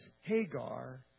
Hagar